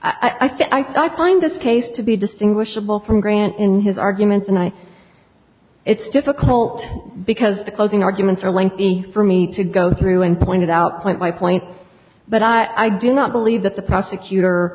thought find this case to be distinguishable from grant in his arguments and i it's difficult because the closing arguments are lengthy for me to go through and pointed out point by point but i do not believe that the prosecutor